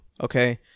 okay